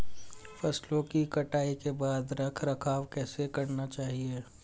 फसलों की कटाई के बाद रख रखाव कैसे करना चाहिये?